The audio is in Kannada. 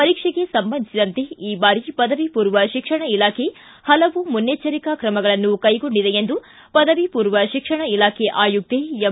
ಪರೀಕ್ಷೆಗೆ ಸಂಬಂಧಿಸಿದಂತೆ ಈ ಬಾರಿ ಪದವಿ ಪೂರ್ವ ಶಿಕ್ಷಣ ಇಲಾಖೆ ಹಲವು ಮುನ್ನೆಚ್ಚರಿಕಾ ತ್ರಮಗಳನ್ನು ಕೈಗೊಂಡಿದೆ ಎಂದು ಪದವಿ ಪೂರ್ವ ಶಿಕ್ಷಣ ಇಲಾಖೆ ಆಯುಕ್ತೆ ಎಂ